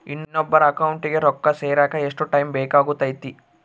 ಇನ್ನೊಬ್ಬರ ಅಕೌಂಟಿಗೆ ರೊಕ್ಕ ಸೇರಕ ಎಷ್ಟು ಟೈಮ್ ಬೇಕಾಗುತೈತಿ?